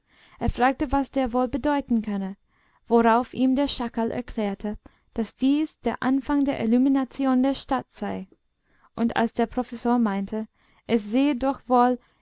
er fragte was der wohl bedeuten könne worauf ihm der schakal erklärte daß dies der anfang der illumination der stadt sei und als der professor meinte es sehe doch wohl